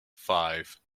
five